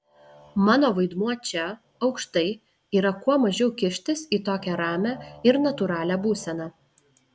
mano vaidmuo čia aukštai yra kuo mažiau kištis į tokią ramią ir natūralią būseną